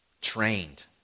trained